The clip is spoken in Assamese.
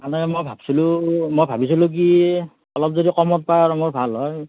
মানে মই ভাবিছিলোঁ মই ভাবিছিলোঁ কি অলপ যদি কমত পায় আৰু মোৰ ভাল হয়